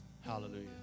Hallelujah